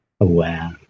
aware